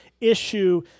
issue